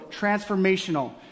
transformational